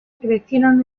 crecieron